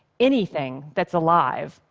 anything, that's alive,